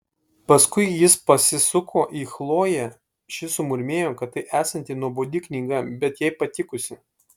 paskui ji pasisuko į chloję ši sumurmėjo kad tai esanti nuobodi knyga bet jai patikusi